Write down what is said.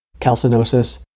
calcinosis